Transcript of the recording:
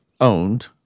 owned